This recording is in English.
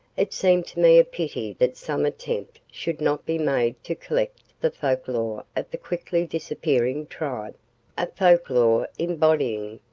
it seemed to me a pity that some attempt should not be made to collect the folk-lore of the quickly disappearing tribe a folk-lore embodying,